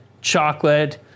chocolate